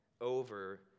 over